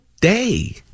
day